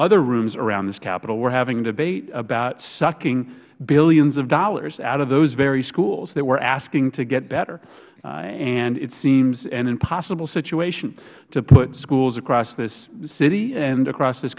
other rooms around this capital we are having a debate about sucking billions of dollars out of those very schools that we are asking to get better and it seems an impossible situation to put schools across this city and across this